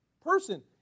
person